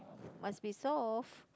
must be soft